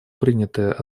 принятая